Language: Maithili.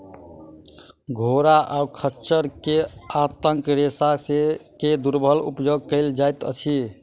घोड़ा आ खच्चर के आंतक रेशा के दुर्लभ उपयोग कयल जाइत अछि